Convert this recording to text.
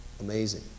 Amazing